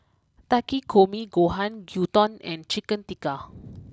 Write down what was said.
Takikomi Gohan Gyudon and Chicken Tikka